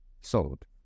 sold